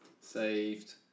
Saved